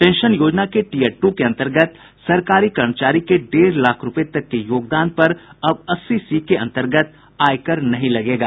pension योजना के tier two के अंतर्गत सरकारी कर्मचारी के डेढ़ लाख रुपए तक के योगदान पर अब अस्सी सी के अंतर्गत आयकर नहीं लगेगा